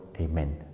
Amen